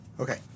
Okay